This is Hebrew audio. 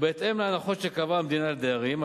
וגם בהתאם להנחות שקבעה המדינה לדיירים.